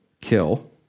kill